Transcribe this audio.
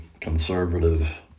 conservative